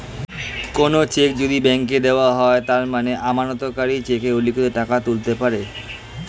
কোনো চেক যদি ব্যাংকে দেওয়া হয় তার মানে আমানতকারী চেকে উল্লিখিত টাকা তুলতে পারে